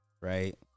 Right